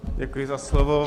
Děkuji za slovo.